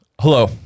Hello